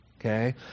okay